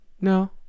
no